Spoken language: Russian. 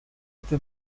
это